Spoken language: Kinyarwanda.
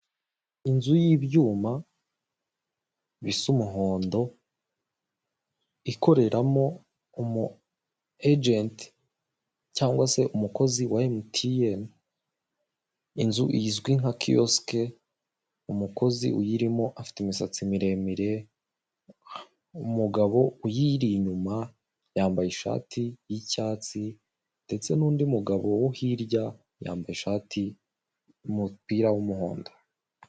Inzu y'ibyuma bisa umuhondo, ikoreramo umu ejenti cyangwa se umukozi wa emutiyene, inzu izwi nka kiyosike, umukozi uyirimo afite imisatsi miremire, umugabo uyiri inyuma yambaye ishati y'icyatsi ndetse n'undi mugabo wo hirya yambaye ishati, umupira w'umuhondo.